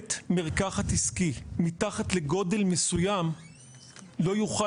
שבית מרקחת עסקי מתחת לגודל מסוים לא יוכל